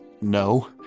No